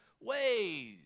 ways